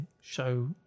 show